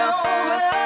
over